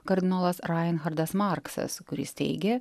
kardinolas rajanhardas marksas kuris teigė